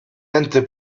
ente